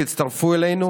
תצטרפו אלינו,